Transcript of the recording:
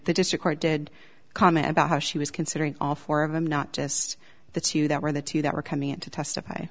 the district court did comment about how she was considering all four of them not just the two that were the two that were coming in to testify